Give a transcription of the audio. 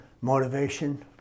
motivation